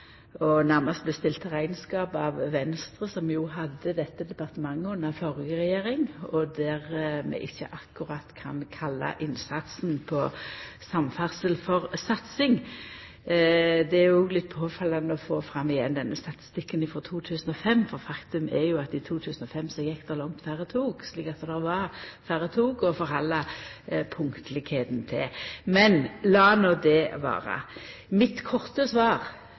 nærmast bli stilt til rekneskap av Venstre, som jo hadde dette departementet under den førre regjeringa, og der vi ikkje akkurat kan kalla innsatsen på samferdsel for satsing. Det er òg litt påfallande å få fram igjen denne statistikken frå 2005. Faktum er jo at i 2005 gjekk det langt færre tog, slik at det var færre tog å sjå punktlegheita i høve til. Men lat no det vera. Mitt korte svar